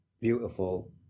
beautiful